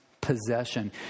possession